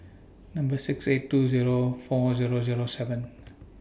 Number six eight two Zero four Zero Zero seven